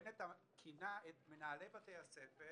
בנט כינה את מנהלי בתי הספר